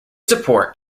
support